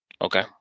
Okay